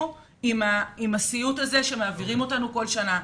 עם הסיוט הזה שמעבירים אותנו כל שנה.